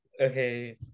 Okay